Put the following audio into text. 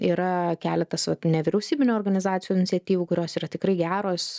yra keletas vat nevyriausybinių organizacijų iniciatyvų kurios yra tikrai geros